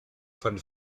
von